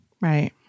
Right